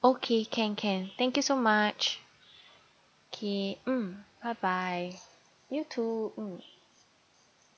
okay can can thank you so much okay mm bye bye you too mm